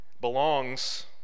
belongs